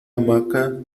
hamaca